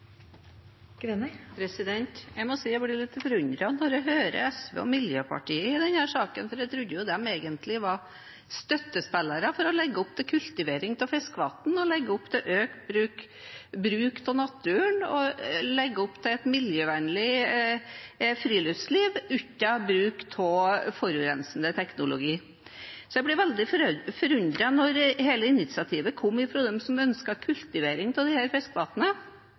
Jeg må si jeg blir litt forundret når jeg hører SV og Miljøpartiet De Grønne i denne saken, for jeg trodde de egentlig var støttespillere for å legge opp til kultivering av fiskevann, økt bruk av naturen og et miljøvennlig friluftsliv uten bruk av forurensende teknologi. Jeg ble veldig forundret da hele dette initiativet kom fra dem som ønsket kultivering av disse fiskevannene. Kommunen vedtok dette, nettopp for å få til en bedre kultivering. Når de